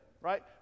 right